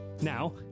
Now